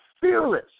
fearless